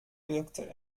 wirkte